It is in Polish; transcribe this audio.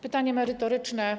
Pytanie merytoryczne.